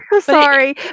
Sorry